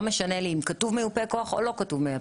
משנה לי אם כתוב מיופה כוח או לא כתוב.